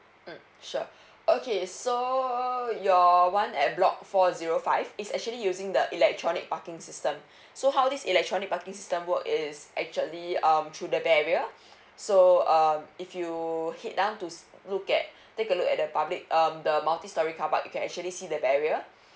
mm sure okay so your one at block four zero five is actually using the electronic parking system so how this electronic parking system work is actually um through the barrier so uh if you head down to look at take a look at the public um the multi storey carpark you can actually see the barrier